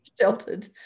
sheltered